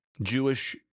Jewish